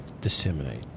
disseminate